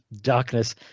darkness